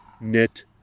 knit